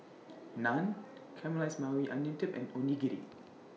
Naan Caramelized Maui Onion Dip and Onigiri